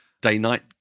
day-night